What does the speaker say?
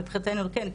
מבחינתנו כן,